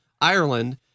Ireland